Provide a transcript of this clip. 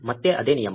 ಮತ್ತೆ ಅದೇ ನಿಯಮ